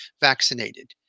vaccinated